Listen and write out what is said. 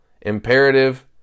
imperative